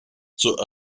zur